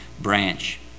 branch